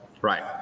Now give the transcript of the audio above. right